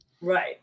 Right